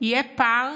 יהיה פער